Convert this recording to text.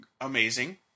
amazing